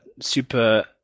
super